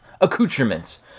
accoutrements